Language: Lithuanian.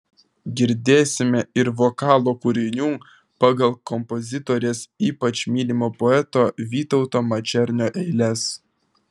girdėsime ir vokalo kūrinių pagal kompozitorės ypač mylimo poeto vytauto mačernio eiles